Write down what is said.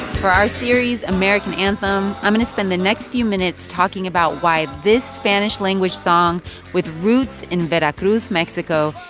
for our series american anthem, i'm going to spend the next few minutes talking about why this spanish-language song with roots in veracruz, mexico,